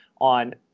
on